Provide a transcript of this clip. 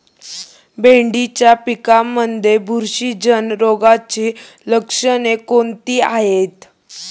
भेंडीच्या पिकांमध्ये बुरशीजन्य रोगाची लक्षणे कोणती आहेत?